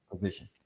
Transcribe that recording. position